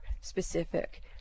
specific